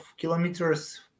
kilometers